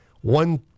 one